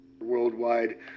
Worldwide